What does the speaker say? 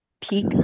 peak